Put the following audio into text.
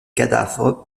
cadavres